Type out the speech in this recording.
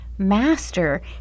Master